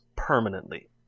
Permanently